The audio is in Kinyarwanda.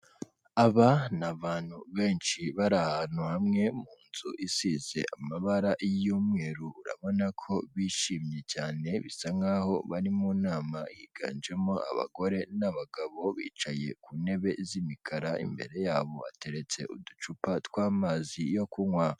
Aba ni abantu benshi bari ahantu hamwe mu nzu isize amabara y'umweru, urabona ko bishimye cyane bisa nkaho bari mu nama, higanjemo abagore n'abagabo, bicaye ku ntebe z'imikara, imbere yabo bateretse uducupa tw'amazi yo kunywa.